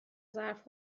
ظرف